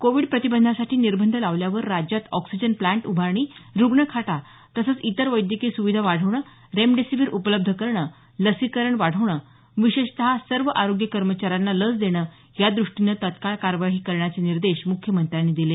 Covid प्रतिबंधासाठी निर्बंध लावल्यावर राज्यात ऑक्सिजन प्लांट उभारणी रुग्णखाटा तसंच इतर वैद्यकीय सुचिधा वाढवणं रेमडीसीव्हीर उपलब्ध करणं लसीकरण वाढवणं विशेषत सर्व आरोग्य कर्मचाऱ्यांना लस देणं यादृष्टीने तत्काळ कार्यवाही करण्याचे निर्देश मुख्यमंत्र्यांनी दिले